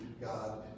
God